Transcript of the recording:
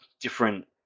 different